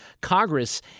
Congress